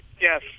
Yes